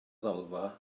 ddalfa